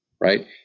right